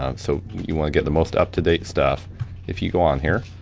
ah so you wanna get the most up-to-date stuff if you go on here.